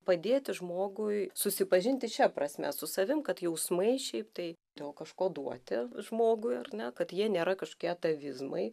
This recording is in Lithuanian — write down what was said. padėti žmogui susipažinti šia prasme su savim kad jausmai šiaip tai to kažko duoti žmogui ar ne kad jie nėra kažkokie atavizmai